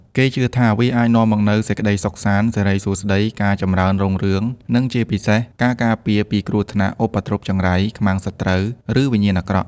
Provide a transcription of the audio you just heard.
គេជឿថាវាអាចនាំមកនូវសេចក្តីសុខសាន្ត សិរីសួស្តី ការចម្រើនរុងរឿង និងជាពិសេស ការការពារ ពីគ្រោះថ្នាក់ ឧបទ្រពចង្រៃ ខ្មាំងសត្រូវ ឬវិញ្ញាណអាក្រក់